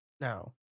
no